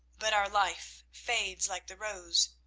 but our life fades like the rose.